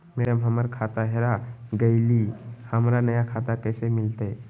madam, हमर खाता हेरा गेलई, हमरा नया खाता कैसे मिलते